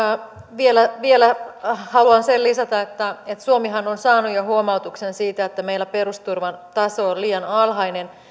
vielä vielä haluan sen lisätä että suomihan on saanut jo huomautuksen siitä että meillä perusturvan taso on liian alhainen